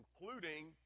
including